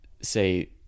say